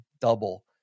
double